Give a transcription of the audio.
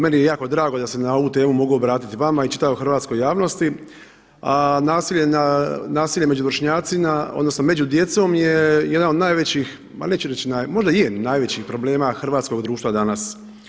Meni je jako drago da se na ovu temu mogu obratiti vama i čitavoj hrvatskoj javnosti a nasilje među vršnjacima odnosno među djecom je jedan od najvećih, ma neću reći najveći, možda i je najvećih problema hrvatskog društva danas.